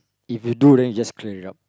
if you do then you just clear it up